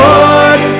Lord